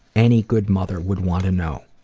any good mother would want to know.